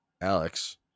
Alex